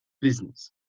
business